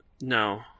No